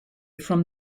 from